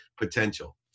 potential